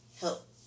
help